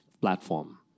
platform